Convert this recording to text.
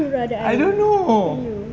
I don't know